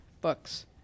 books